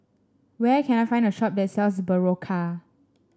where can I find a shop that sells Berocca